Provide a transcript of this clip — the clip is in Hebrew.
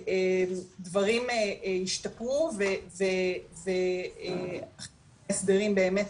דברים השתפרו והסדרים באמת,